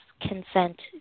consent